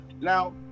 now